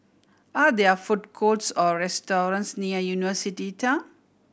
are there food courts or restaurants near University Town